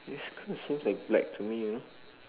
it's kind of things like black to me you know